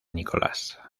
nicolás